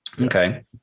Okay